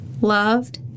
loved